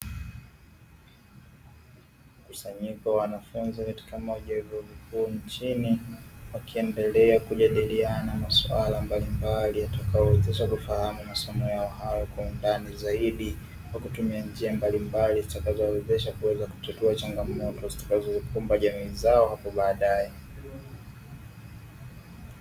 Mkusanyiko wa wanafunzi katika moja ya vyuo vikuu nchini, wakiendelea kujadiliana masuala mbalimbali yatakayowawezesha kufahamu masomo yao hayo kwa undani zaidi kwa kutumia njia mbalimbali zitakazowawezesha kuweza kutatua changamoto zitakazoikumba jamii zao hapo baadae.